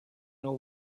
know